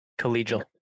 Collegial